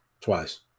twice